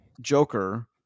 Joker